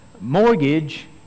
mortgage